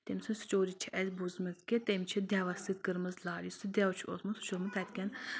تٔمۍ سٕنٛز سٹوری چھِ اَسہِ بوٗزمٕژ کہِ تٔمۍ چھِ دیوَس سۭتۍ کٔرمٕژ لاگ یُس سُہ دیو چھُ اوسمُت سُہ چھُ اوسمُت تَتہِ کؠن